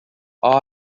all